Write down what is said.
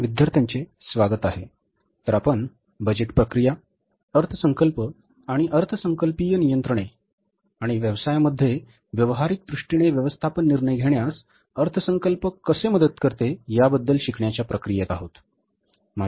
विद्यार्थ्यांचे स्वागत आहे तर आपण बजेट प्रक्रिया अर्थसंकल्प आणि अर्थसंकल्पीय नियंत्रणे आणि व्यवसाय मध्ये व्यावहारिक दृष्टीने व्यवस्थापन निर्णय घेण्यास अर्थसंकल्प कसे मदत करते याबद्दल शिकण्याच्या प्रक्रियेत आहोत बरोबर